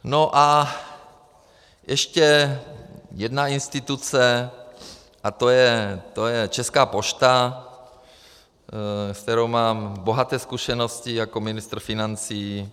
No a ještě jedna instituce, to je Česká pošta, s kterou mám bohaté zkušenosti jako ministr financí.